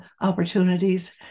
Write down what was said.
opportunities